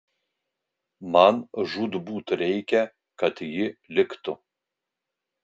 man žūtbūt reikia kad ji liktų